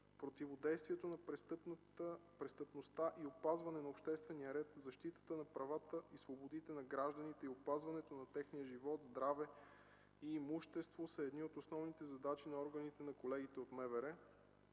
Противодействието на престъпността, опазването на обществения ред, защитата на правата и свободите на гражданите и опазването на техния живот, здраве и имущество са едни от основните задачи на органите на колегите от МВР,